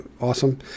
awesome